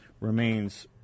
Remains